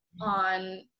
on